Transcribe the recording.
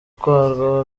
kwa